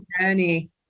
journey